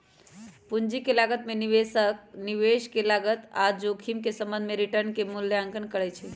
पूंजी के लागत में निवेशक निवेश के लागत आऽ जोखिम के संबंध में रिटर्न के मूल्यांकन करइ छइ